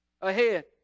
ahead